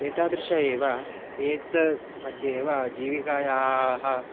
एतादृशः एव एतत् मध्ये एव जीविकायाः